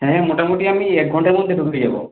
হ্যাঁ মোটামুটি আমি এক ঘণ্টার মধ্যে ঢুকে যাব